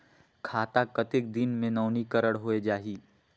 खाता कतेक दिन मे नवीनीकरण होए जाहि??